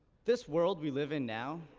this world we live in now,